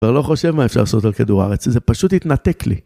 ואני לא חושב מה אפשר לעשות על כדור הארץ, זה פשוט התנתק לי.